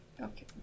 Okay